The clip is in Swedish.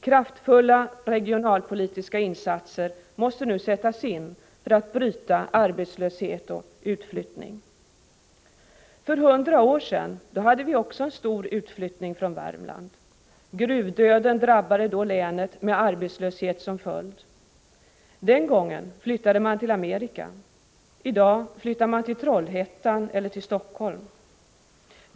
Kraftfulla regionalpolitiska insatser måste nu sättas in för att minska arbetslöshet och utflyttning. För hundra år sedan hade vi också en stor utflyttning från Värmland. Gruvdöden drabbade då länet med arbetslöshet som följd. Den gången flyttade man till Amerika. I dag flyttar man till Trollhättan eller till Helsingfors.